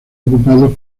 ocupados